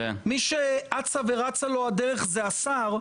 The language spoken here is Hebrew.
מי שאצה לו הדרך זה השר,